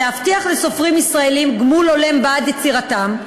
להבטיח לסופרים ישראלים גמול הולם בעד יצירתם,